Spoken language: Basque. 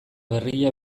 berria